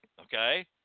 Okay